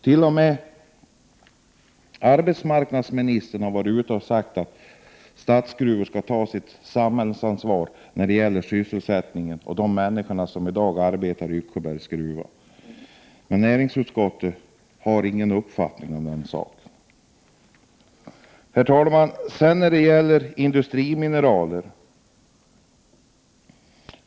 T.o.m. arbetsmarknadsministern har varit ute och sagt att Statsgruvor skall ta sitt samhällsansvar när det gäller sysselsättningen för de människor som i dag arbetar i Yxsjöbergs gruvan, men näringsutskottet har ingen uppfattning om den saken. Herr talman! Jag kommer sedan till frågan om industrimineraler.